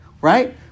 right